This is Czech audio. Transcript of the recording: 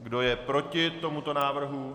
Kdo je proti tomuto návrhu?